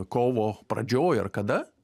kovo pradžioj ar kada